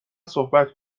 صحبت